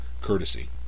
courtesy